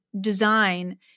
design